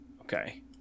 Okay